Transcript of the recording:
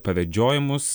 pavedžiojo mus